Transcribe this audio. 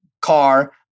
car